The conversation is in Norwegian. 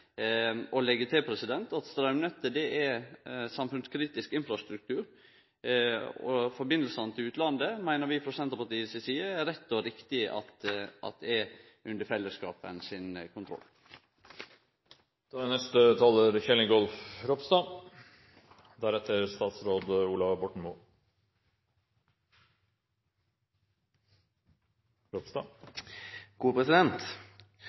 og leggje til: Straumnettet er samfunnskritisk infrastruktur, og forbindelsane til utlandet meiner vi frå Senterpartiet er rett og riktig at er under fellesskapen sin kontroll. Kraftutvekslingen med utlandet er